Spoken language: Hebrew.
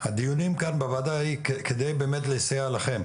הדיונים כאן בוועדה הם כדי באמת לסייע לכם,